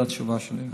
זו התשובה שלי.